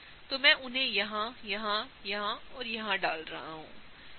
तो मैं उन्हें यहाँ यहाँ यहाँ और यहाँ डाल रहा हूँ